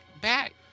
back